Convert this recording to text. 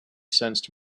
sensed